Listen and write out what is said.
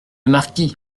marquis